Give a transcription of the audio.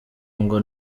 ngo